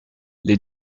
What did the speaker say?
les